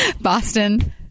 Boston